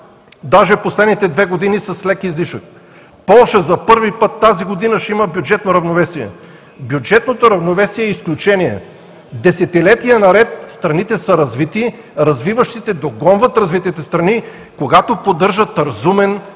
в последните две години с лек излишък. За първи път тази година Полша ще има бюджетно равновесие. Бюджетното равновесие е изключение, десетилетия наред страните са развити, а развиващите догонват развитите страни, когато поддържат разумен,